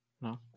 No